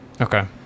Okay